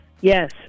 Yes